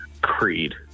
creed